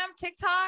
tiktok